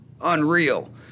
Unreal